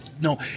No